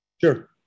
Sure